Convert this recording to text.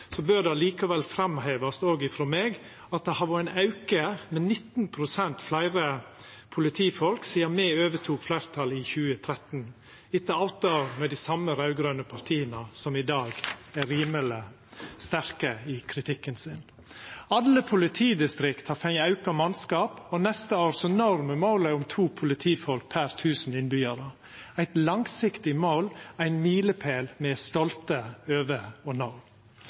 bør det likevel framhevast òg frå meg at det har vore ein auke med 19 pst. fleire politifolk sidan me overtok fleirtalet i 2013, etter åtte år med dei same raud-grøne partia som i dag er rimeleg sterke i kritikken sin. Alle politidistrikt har fått auka mannskap, og neste år når me målet om to politifolk per tusen innbyggjarar – eit langsiktig mål, ein milepæl me er stolte over å nå.